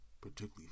particularly